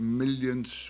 millions